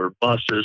buses